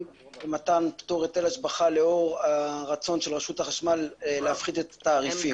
למתן פטור היטל השבחה לאור הרצון של רשות החשמל להפחית את התעריפים.